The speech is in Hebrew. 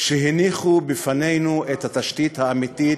שהניחו בפנינו את התשתית האמיתית,